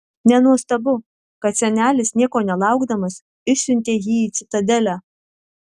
nenuostabu kad senelis nieko nelaukdamas išsiuntė jį į citadelę